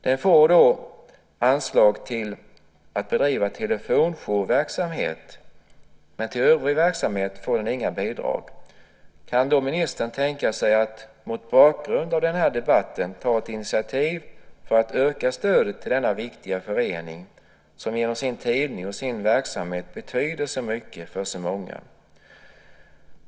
Den får anslag till att bedriva telefonjourverksamhet, men den får inga bidrag till övrig verksamhet. Kan ministern tänka sig att, mot bakgrund av den här debatten, ta ett initiativ för att öka stödet till denna viktiga förening som genom sin tidning och sin verksamhet betyder så mycket för så många?